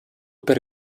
per